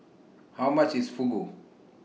How much IS Fugu